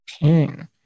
pain